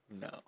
No